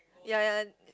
ya ya and